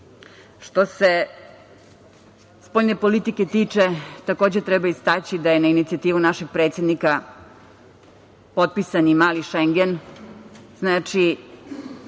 se spoljne politike tiče, takođe treba istaći da je na inicijativu našeg predsednika potpisan i „mali Šengen“.